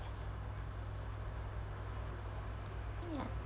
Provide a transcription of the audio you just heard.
ya